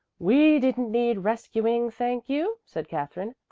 we didn't need rescuing, thank you, said katherine.